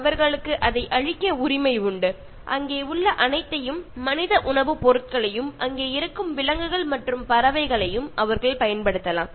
அவர்களுக்கு அதை அழிக்க உரிமை உண்டு அங்கே உள்ள அனைத்தையும் மனித உணவுப் பொருட்களையும் அங்கே இருக்கும் விலங்குகள் மற்றும் பறவைகளையும் அவர்கள் பயன்படுத்தலாம்